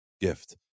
gift